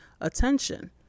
attention